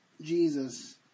Jesus